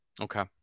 Okay